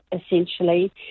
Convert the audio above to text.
essentially